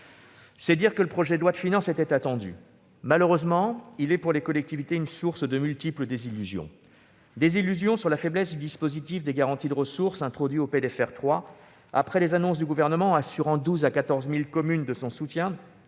C'est dire que le présent projet de loi de finances était attendu. Malheureusement, il est source, pour les collectivités, de multiples désillusions. Désillusion d'abord sur la faiblesse du dispositif des garanties de ressources introduit au PLFR 3. Après les annonces du Gouvernement assurant de son soutien